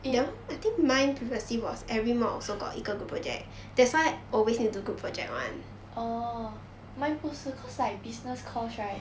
eh orh mine 不是 cause like business course right